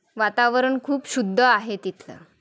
वातावरण खूप शुद्ध आहे तिथलं